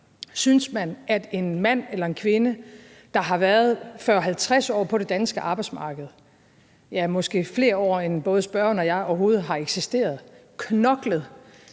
synes, at mænd eller kvinder, der har været 40-50 år på det danske arbejdsmarked, ja, måske flere år, end både spørgeren og jeg overhovedet har eksisteret – som